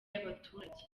y’abaturage